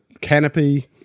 canopy